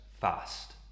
fast